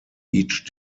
each